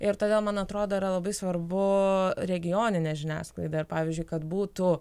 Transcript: ir todėl man atrodo yra labai svarbu regioninė žiniasklaida ir pavyzdžiui kad būtų